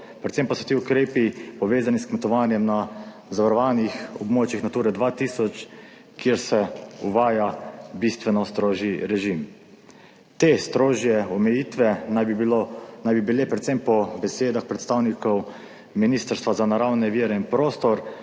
predvsem pa so ti ukrepi povezani s kmetovanjem na zavarovanih območjih Nature 2000, kjer se uvaja bistveno strožji režim. Te strožje omejitve naj bi bile predvsem po besedah predstavnikov Ministrstva za naravne vire in prostor